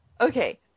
Okay